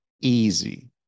easy